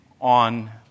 on